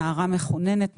נערה מחוננת,